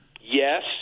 Yes